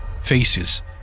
faces